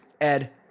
Ed